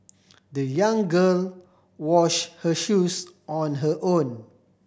the young girl wash her shoes on her own